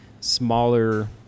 smaller